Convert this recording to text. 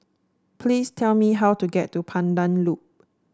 please tell me how to get to Pandan Loop